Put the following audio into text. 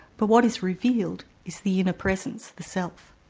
but what is revealed is the inner presence, the self.